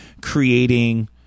creating